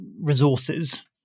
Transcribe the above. resources